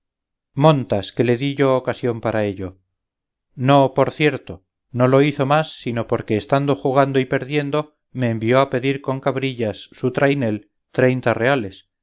montas que le di yo ocasión para ello no por cierto no lo hizo más sino porque estando jugando y perdiendo me envió a pedir con cabrillas su trainel treinta reales